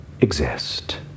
exist